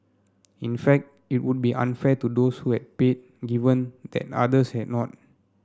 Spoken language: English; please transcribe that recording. in fact it would be unfair to those way paid given that others had not